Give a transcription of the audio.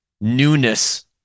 newness